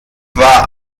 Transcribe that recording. war